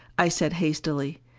i said hastily,